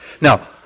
now